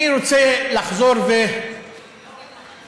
אני רוצה לחזור ולומר,